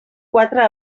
quatre